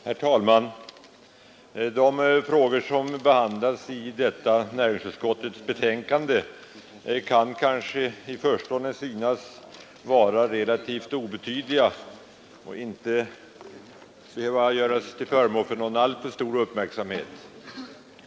Herr talman! De frågor som behandlas i detta näringsutskottets betänkande kan kanske i förstone synas vara relativt obetydliga och inte behöva göras till föremål för någon alltför stor uppmärksamhet.